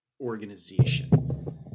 organization